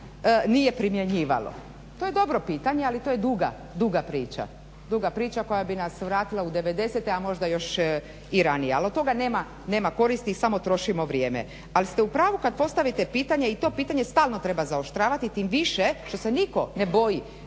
nije primjenjivalo. To je dobro pitanje ali to je duga priča, duga priča koja bi nas vratila u devedesete a možda još i ranije, ali od toga nema koristi i samo trošimo vrijeme. Al ste u pravu kad postavite pitanje i to pitanje stalno treba zaoštravati tim više što se nitko ne boji